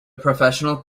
professional